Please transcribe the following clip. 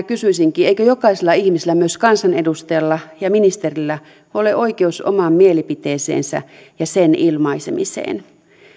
kysyisinkin eikö jokaisella ihmisellä myös kansanedustajalla ja ministerillä ole oikeus omaan mielipiteeseensä ja sen ilmaisemiseen